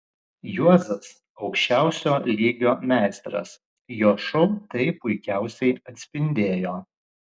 juozas aukščiausio lygio meistras jo šou tai puikiausiai atspindėjo